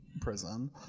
Prison